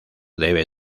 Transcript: debe